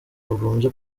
bagombye